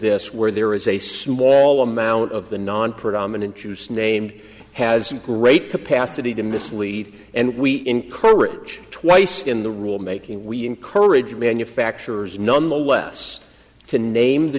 this where there is a small amount of the non program and juice named has a great capacity to mislead and we encourage twice in the rulemaking we encourage manufacturers nonetheless to name the